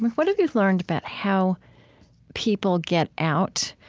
what have you learned about how people get out,